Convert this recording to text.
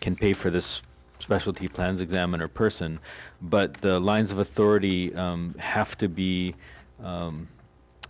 can pay for this specialty plans examiner person but the lines of authority have to be